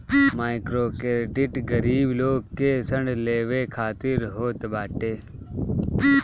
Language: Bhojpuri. माइक्रोक्रेडिट गरीब लोग के ऋण लेवे खातिर होत बाटे